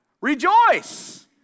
rejoice